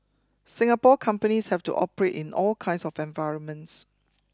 Singapore companies have to operate in all kinds of environments